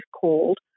called